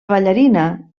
ballarina